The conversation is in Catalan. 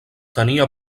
tenia